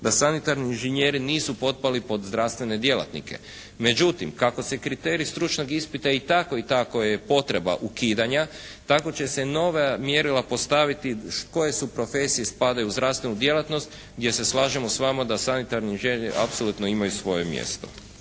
da sanitarni inženjeri nisu potpali pod zdravstvene djelatnike. Međutim, kako se kriterij stručnog ispita i tako je potreba ukidanja, tako će se nova mjerila postaviti koje profesije spadaju u zdravstvenu djelatnost jer se slažemo s vama da sanitarni inžinjeri apsolutno imaju svoje mjesto.